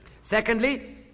Secondly